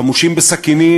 חמושים בסכינים,